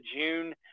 June